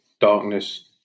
darkness